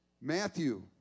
Matthew